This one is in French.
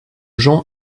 jean